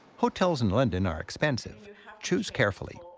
hotels in london are expensive choose carefully.